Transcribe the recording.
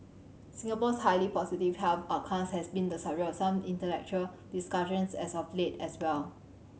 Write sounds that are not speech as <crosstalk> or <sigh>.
Singapore's highly positive health <unintelligible> has been the subject of some intellectual discussions as of late as well